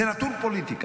זה נטול פוליטיקה,